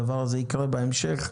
הדבר הזה יקרה בהמשך.